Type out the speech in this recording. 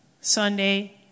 Sunday